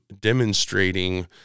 demonstrating